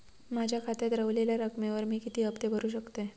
माझ्या खात्यात रव्हलेल्या रकमेवर मी किती हफ्ते भरू शकतय?